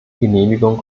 genehmigung